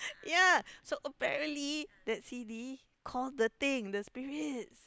ya so apparently that C_D call the thing the spirits